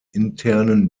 internen